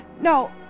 No